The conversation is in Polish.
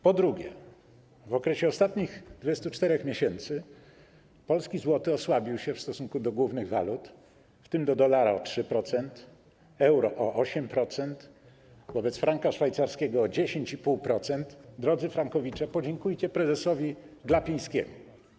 Po drugie, w okresie ostatnich 24 miesięcy polski złoty osłabił się w stosunku do głównych walut, w tym w stosunku do dolara o 3%, do euro o 8%, wobec franka szwajcarskiego o 10,5% - drodzy frankowicze, podziękujcie prezesowi Glapińskiemu.